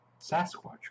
Sasquatch